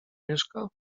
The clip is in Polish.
mieszka